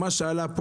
דנו על מה שעלה פה.